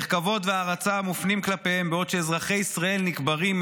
איך כבוד והערצה מופנים כלפיהם בעוד שאזרחי ישראל נקברים,